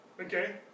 Okay